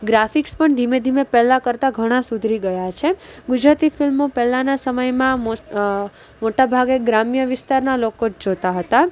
graphics પણ ધીમે ધીમે પહેલા કરતાં ઘણા સુધરી ગયા છે ગુજરાતી ફિલ્મો પહેલાના સમયમાં મોટા ભાગે ગ્રામ્ય વિસ્તારના લોકો જ જોતાં હતા